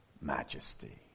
majesty